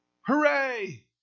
Hooray